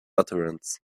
utterance